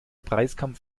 preiskampf